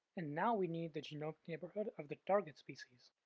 and now we need the genomic neighborhood of the target species.